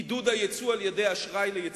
עידוד היצוא על-ידי אשראי ליצוא,